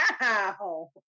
wow